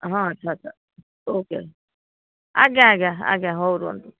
ହଁ ଆଚ୍ଛା ଆଚ୍ଛା ଓକେ ଆଜ୍ଞା ଆଜ୍ଞା ଆଜ୍ଞା ହଉ ରୁହନ୍ତୁ